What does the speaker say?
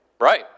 Right